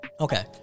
Okay